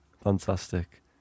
Fantastic